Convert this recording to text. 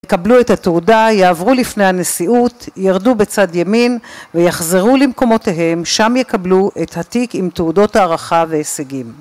יקבלו את התעודה, יעברו לפני הנשיאות, ירדו בצד ימין, ויחזרו למקומותיהם, שם יקבלו את התיק עם תעודות הערכה והישגים